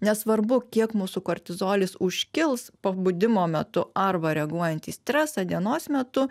nesvarbu kiek mūsų kortizolis užkils pabudimo metu arba reaguojant į stresą dienos metu